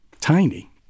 tiny